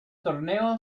torneo